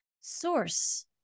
Source